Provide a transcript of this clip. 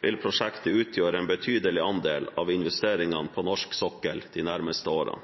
vil prosjektet utgjøre en betydelig andel av investeringene på norsk sokkel de nærmeste årene.